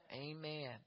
amen